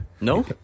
No